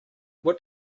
what